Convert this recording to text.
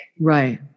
Right